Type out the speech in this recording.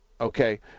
Okay